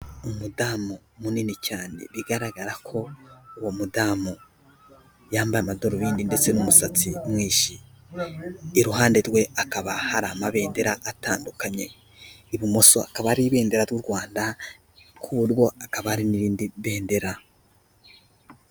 Umudamu munini cyane, bigaragara ko uwo mudamu yambaye amadarubindi ndetse n'umusatsi mwinshi, iruhande rwe hakaba hari amabendera atandukanye, ibumoso hakaba hari ibendera ry'u Rwanda, ku rwo hakaba hari n'irindi bendera.